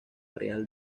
real